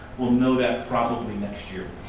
we'll know that probably next year.